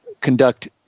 conduct